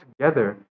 together